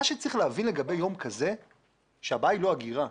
מה שצריך להבין לגבי יום כזה שהבעיה היא לא אגירה,